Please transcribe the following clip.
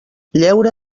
lleure